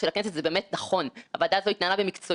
כייף ומשמח שהצלחנו להגיע עד הלום.